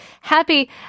happy